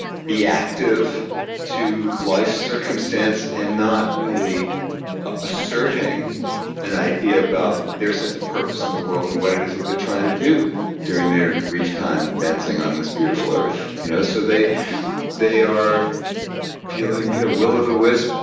reactive to life's circumstance, and not really asserting an idea about their sense of purpose in the world and what it is that they're trying to do during their brief time dancing on this beautiful earth. you know so they they are feeling you know will of the wisp,